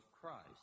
Christ